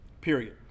period